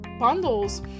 bundles